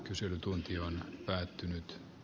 kyselytunti on päättynyt